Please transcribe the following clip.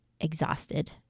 exhausted